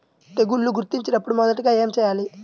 తెగుళ్లు గుర్తించినపుడు మొదటిగా ఏమి చేయాలి?